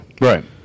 right